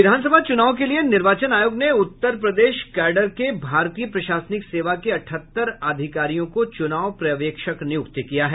विधानसभा चूनाव के लिए निर्वाचन आयोग ने उत्तर प्रदेश कैडर के भारतीय प्रशासनिक सेवा के अठहत्तर अधिकारियों को चूनाव पर्यवेक्षक निय्रक्त किया है